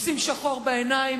עושים שחור בעיניים.